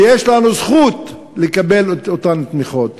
ויש לנו זכות לקבל את אותן תמיכות.